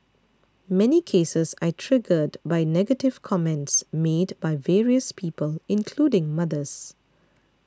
many cases are triggered by negative comments made by various people including mothers